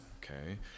okay